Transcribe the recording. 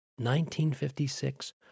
1956